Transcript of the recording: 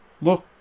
Look